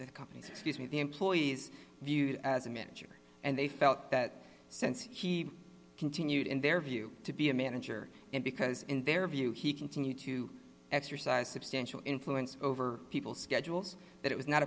s companies excuse me the employees viewed as a manager and they felt that since he continued in their view to be a manager and because in their view he continued to exercise substantial influence over people's schedules that it was not